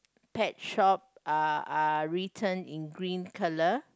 Pet shop are are written in green colour